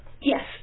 Yes